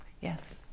Yes